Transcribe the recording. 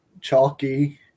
Chalky